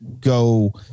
go